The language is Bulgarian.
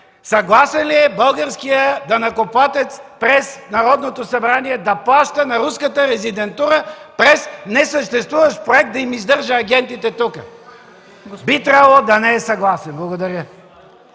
Съгласен ли е българският данъкоплатец през Народното събрание да плаща на руската резидентура, през несъществуващ проект да им издържа агентите тук? (Шум и реплики от КБ.) Би трябвало да не е съгласен. Благодаря.